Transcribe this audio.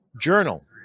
Journal